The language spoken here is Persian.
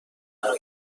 ایران